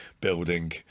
building